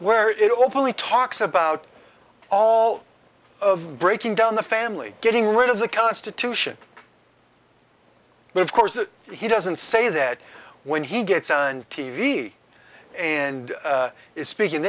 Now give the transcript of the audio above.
where it openly talks about all of breaking down the family getting rid of the constitution but of course he doesn't say that when he gets on t v and is speaking